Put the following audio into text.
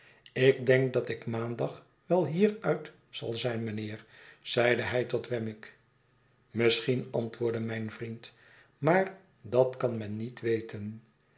ik denk dat ik maandag wel meruit zal zijn mijnheer zeide hij tot wemmick misschien antwoordde mijn vriend maar dat kan men niet weten